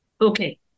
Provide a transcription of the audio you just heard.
okay